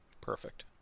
Perfect